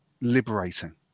liberating